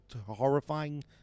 horrifying